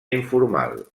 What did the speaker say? informal